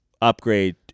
upgrade